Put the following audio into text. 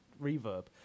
reverb